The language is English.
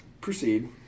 Proceed